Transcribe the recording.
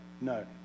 no